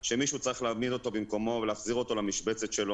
שמישהו צריך להעמיד אותו במקומו ולהחזיר אותו למשבצת שלו,